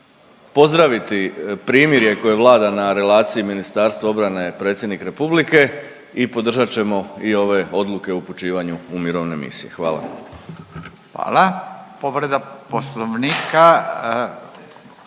pozdraviti primirje koje vlada na relaciji Ministarstvo obrane-Predsjednik Republike i podržat ćemo i ove odluke o upućivanju u mirovne misije. Hvala. **Radin,